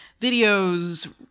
videos